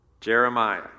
Jeremiah